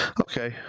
Okay